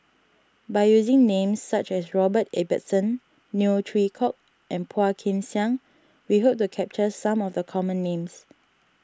by using names such as Robert Ibbetson Neo Chwee Kok and Phua Kin Siang we hope to capture some of the common names